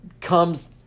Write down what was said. comes